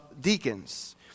deacons